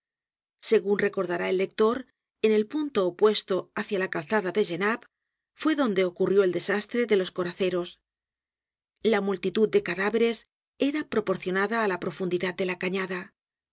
segun recordará el lector en el punto opuesto hácia la calzada de genappe fue donde ocurrió el desastre de los coraceros la multitud de cadáveres era proporcionada á la profundidad de la cañada